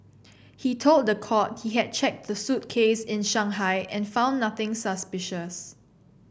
he told the court he had checked the suitcase in Shanghai and found nothing suspicious